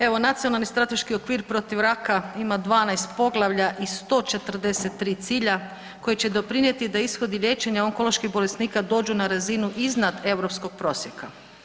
Evo Nacionalni strateški okvir protiv raka ima 12 poglavlja i 143 cilja koji će doprinijeti da ishodi liječenja onkoloških bolesnika dođu na razinu iznad europskog prosjeka.